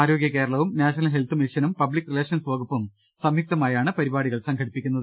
ആരോഗ്യ കേരളവും national health മിഷനും പബ്ലിക് റിലേഷൻ വകുപ്പും സംയുക്തമായാണ് പരിപാടി കൾ സംഘടിപ്പിക്കുന്നത്